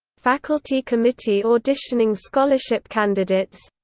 faculty committee auditioning scholarship candidates